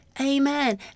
Amen